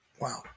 Wow